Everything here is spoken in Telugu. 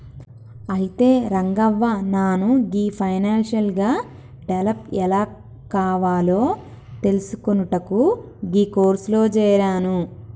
అయితే రంగవ్వ నాను గీ ఫైనాన్షియల్ గా డెవలప్ ఎలా కావాలో తెలిసికొనుటకు గీ కోర్సులో జేరాను